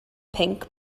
pinc